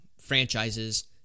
Franchises